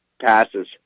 Passes